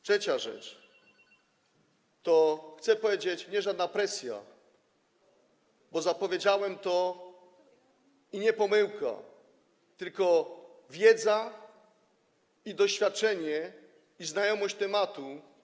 Trzecia rzecz: chcę powiedzieć, że to nie jest żadna presja, bo zapowiedziałem to, i nie pomyłka, tylko wiedza, doświadczenie i znajomość tematu.